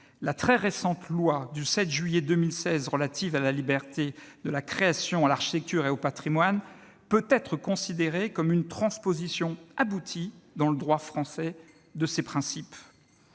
La très récente loi du 7 juillet 2016 relative à la liberté de la création, à l'architecture et au patrimoine peut être considérée comme une transposition aboutie dans le droit français de ces principes.